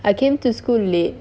I came to school late